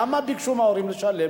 למה ביקשו מההורים לשלם?